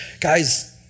Guys